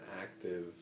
active